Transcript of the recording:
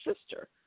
sister